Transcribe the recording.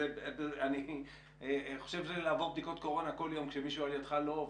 אני חושב שלעבור בדיקות קורונה כל יום כשמישהו על ידך לא עובר,